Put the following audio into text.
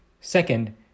Second